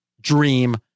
Dream